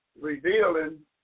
Revealing